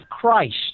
Christ